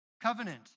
covenant